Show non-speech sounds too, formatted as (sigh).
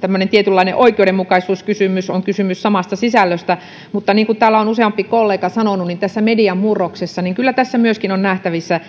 tämmöinen tietynlainen oikeudenmukaisuuskysymys on kysymys samasta sisällöstä mutta niin kun täällä on useampi kollega sanonut niin tässä median murroksessa kyllä myöskin on nähtävissä (unintelligible)